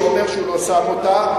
שאומר שהוא לא שם אותה,